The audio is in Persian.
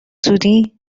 زودی